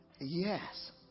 Yes